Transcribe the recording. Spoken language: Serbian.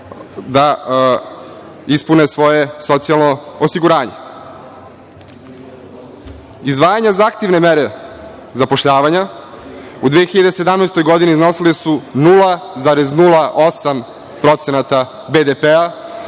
da ispune svoje socijalno osiguranje. Izdvajanja za aktivne mere zapošljavanja, u 2017. godini iznosile su 0,08% BDP,